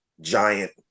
giant